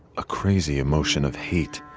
a crazy emotion of hate,